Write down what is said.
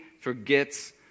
forgets